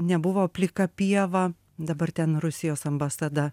nebuvo plika pieva dabar ten rusijos ambasada